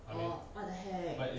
orh what the heck